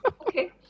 Okay